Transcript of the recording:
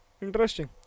interesting